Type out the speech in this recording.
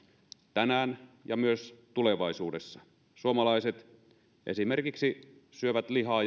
tänään ja myös tulevaisuudessa suomalaiset esimerkiksi syövät lihaa